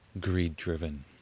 greed-driven